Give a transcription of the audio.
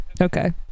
Okay